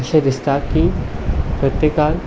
अशें दिसता की प्रत्येकान